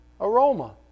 aroma